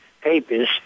papers